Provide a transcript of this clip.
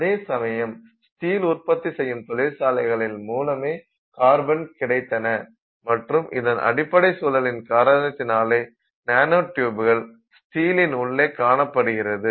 அதேசமயம் ஸ்டீல் உற்பத்தி செய்யும் தொழிற்சாலைகளில் மூலமே கார்பன் கிடைத்தன மற்றும் இதன் அடிப்படை சூழலின் காரணத்தினாலே நானோ டியூப்கள் ஸ்டீல் இன் உள்ளே காணப்படுகிறது